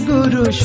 Guru